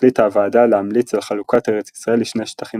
החליטה הוועדה להמליץ על חלוקת ארץ ישראל לשני שטחים